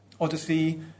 odyssey